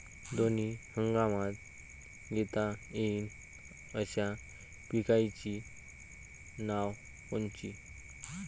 दोनी हंगामात घेता येईन अशा पिकाइची नावं कोनची?